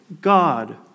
God